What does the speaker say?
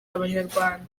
abanyarwanda